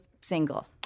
single